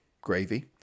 gravy